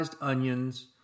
onions